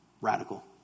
Radical